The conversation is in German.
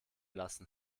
lassen